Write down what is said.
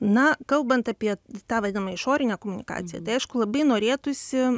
na kalbant apie tą vadinamą išorinę komunikaciją tai aišku labai norėtųsi